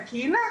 להיפך,